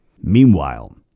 Meanwhile